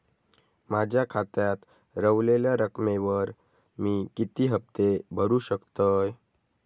माझ्या खात्यात रव्हलेल्या रकमेवर मी किती हफ्ते भरू शकतय?